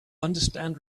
understand